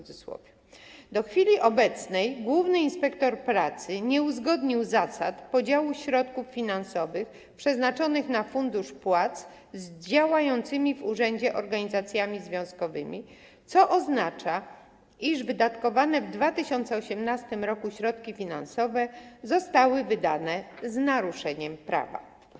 Do chwili obecnej główny inspektor pracy nie uzgodnił zasad podziału środków finansowych przeznaczonych na fundusz płac z działającymi w urzędzie organizacjami związkowymi, co oznacza, iż wydatkowane w 2018 r. środki finansowe zostały wydane z naruszeniem prawa.